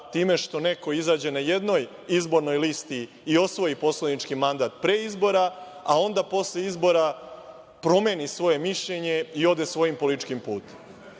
time što neko izađe na jednoj izbornoj listi i osvoji poslanički mandat pre izbora, a onda posle izbora promeni svoje mišljenje i ode svojim političkim putem. Da